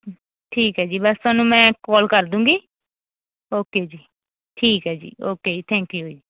ਠੀਕ ਹੈ ਜੀ ਬਸ ਤੁਹਾਨੂੰ ਮੈਂ ਕੌਲ ਕਰ ਦੂੰਗੀ ਓਕੇ ਜੀ ਠੀਕ ਹੈ ਜੀ ਓਕੇ ਜੀ ਥੈਂਕ ਯੂ ਜੀ